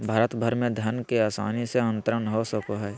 भारत भर में धन के आसानी से अंतरण हो सको हइ